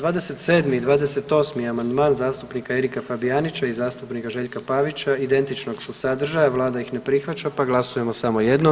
27. i 28. amandman zastupnika Erika Fabijanića i zastupnika Željka Pavića identičnog su sadržaja, Vlada ih ne prihvaća pa glasujemo samo jednom.